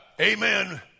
amen